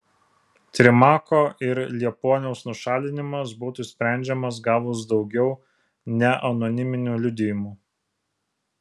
trimako ir liepuoniaus nušalinimas būtų sprendžiamas gavus daugiau neanoniminių liudijimų